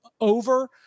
over